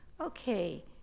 Okay